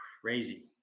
crazy